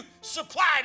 supplied